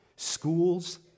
schools